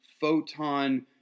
photon